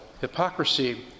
Hypocrisy